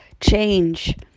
change